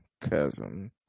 cousin